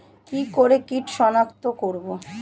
কি করে কিট শনাক্ত করব?